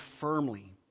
firmly